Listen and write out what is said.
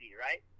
right